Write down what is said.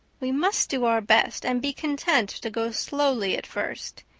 we must do our best and be content to go slowly at first.